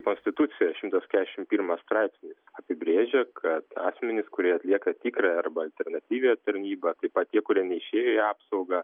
konstitucijos šimtas kediašimt pirmas straipsnis apibrėžia kad asmenys kurie atlieka tikrąją arba alternatyvią tarnybą taip pat tie kurie neišėjo į apsaugą